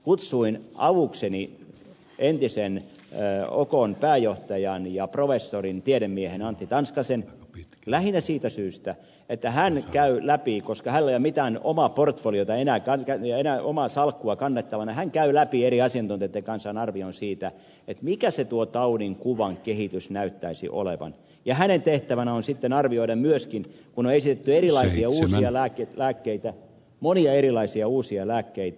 kutsuin avukseni entisen okon pääjohtajan ja professorin tiedemiehen antti tanskasen lähinnä siitä syystä että hän käy läpi koska hänellä ei ole mitään omaa portfoliota omaa salkkua enää kannettavana eri asiantuntijoitten kanssa arvion siitä mikä tuo taudin kuvan kehitys näyttäisi olevan ja hänen tehtävänään on sitten tehdä arvio myöskin kun on esitetty erilaisia uusia lääkkeitä monia erilaisia uusia lääkkeitä